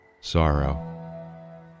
Sorrow